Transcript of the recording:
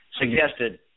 suggested